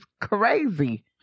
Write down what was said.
crazy